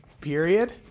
Period